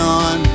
on